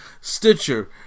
Stitcher